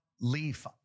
Leaf